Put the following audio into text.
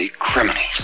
criminals